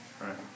Right